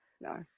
no